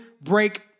break